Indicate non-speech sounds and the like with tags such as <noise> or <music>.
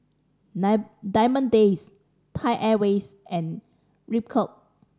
<unintelligible> Diamond Days Thai Airways and Ripcurl